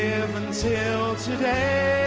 until today